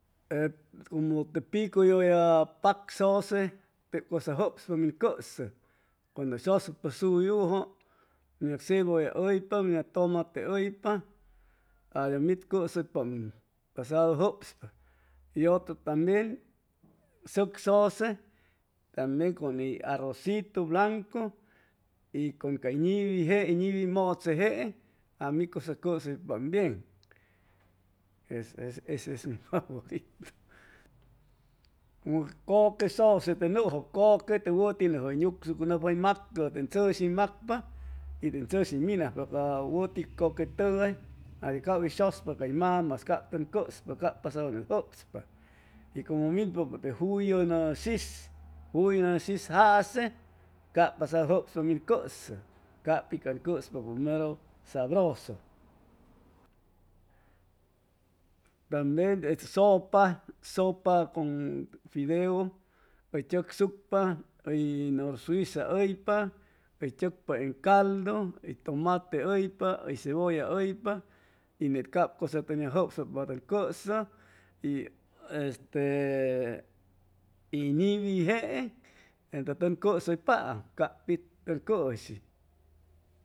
Te picu yʉlla pak sʉse tep cʉsa jʉpspa min cʉsʉ cuando hʉy sʉsucpa shuyujʉ ʉm yag cebʉlla hʉypa ʉm yag tomate hʉypa adios mit cʉsʉypaam paad jʉpspa y otro tambien sʉk sʉse cap ney con ni arositu blancu y con cay niwi jeeŋ hʉy niwi mʉche jeeŋ a mi cʉsa cʉsʉypaam bien kʉque sʉse te nʉjʉb kʉque te wʉti nʉjʉ hʉy nucsucʉnapa nʉcspa hʉy macʉ ten chʉshi hʉy macpa y ten chʉshi hʉy minajpa ca wʉti kʉquetʉgay a cap hʉy shʉspa cay mamais cap tʉn cʉspa cap pasadu net jʉpspa y como minpa te juyʉnʉ shis juyʉnʉ shis jase cap pasadu jʉpspa min cʉsʉ cap pi caŋ cʉspapʉ mero sabroso tabien sopa sopa con fideo hʉy chʉcsucpa hʉy norsuiza hʉypa hʉy chʉcpa en caldu hʉy tʉmate hʉypa hʉy cebolla hʉypa y net cap cʉsa tʉn yacjʉpspa para tʉn cʉsʉ y este hʉy niwi jeeŋ entʉ tʉn cʉsʉypaam cappit tʉn cʉshi